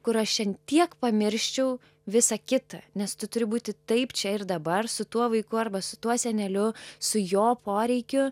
kur aš ant tiek pamirščiau visą kita nes tu turi būti taip čia ir dabar su tuo vaiku arba su tuo seneliu su jo poreikiu